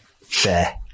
fair